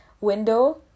window